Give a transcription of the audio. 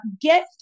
get